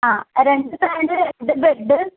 ആ രണ്ട് ഫാന് രണ്ട് ബെഡ്ഡ്